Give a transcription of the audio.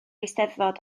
eisteddfod